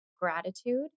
gratitude